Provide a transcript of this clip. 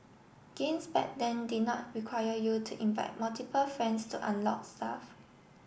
games back then did not require you to invite multiple friends to unlock stuff